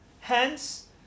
Hence